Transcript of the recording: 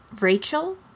Rachel